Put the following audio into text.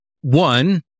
one